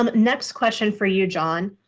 um next question for you, john.